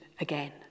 again